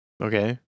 Okay